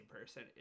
person